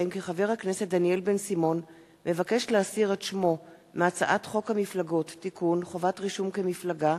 יואל חסון, הצעת חוק הרישום למוסדות להשכלה גבוהה,